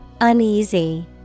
Uneasy